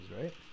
right